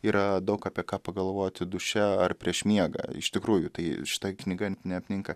yra daug apie ką pagalvoti duše ar prieš miegą iš tikrųjų tai šita knyga neapninka